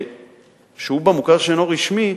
שהוא במוכר שאינו רשמי,